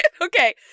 okay